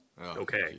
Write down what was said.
Okay